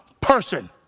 person